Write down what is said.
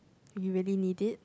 you really need it